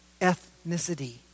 Ethnicity